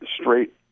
straight